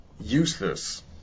Useless